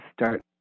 start